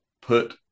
put